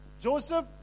Joseph